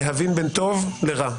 להבין בין טוב לרע,